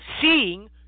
seeing